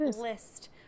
list